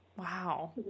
Wow